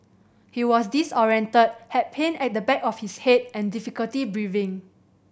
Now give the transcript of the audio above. he was disorientated had pain at the back of his head and difficulty breathing